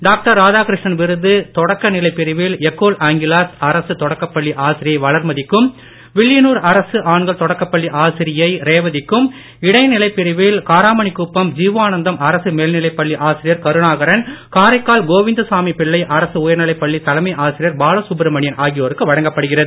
doctor Radhakrishnan விருது தொடக்க நிலை பிரிவில் எக்கோல் ஆங்கிலேஸ் அரசு தொடக்கப் பள்ளி ஆசிரியை வளர்மதிக்கும் வில்லியனூர் அரசு ஆண்கள் தொடக்கப்பள்ளி ஆசிரியை ரேவதிக்கும் இடைநிலைப் பிரிவில் காராமணிக்குப்பம் ஜீவானந்தம் அரசு மேல்நிலைப் பள்ளி ஆசிரியர் கருணாகரன் காரைக்கால் கோவிந்தசாமி பிள்ளை அரசு உயர்நிலைப் பள்ளி தலைமை ஆசிரியர் பாலசுப்ரமணியன் ஆகியோருக்கு வழங்கப்படுகிறது